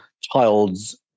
child's